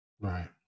Right